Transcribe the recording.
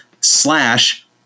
slash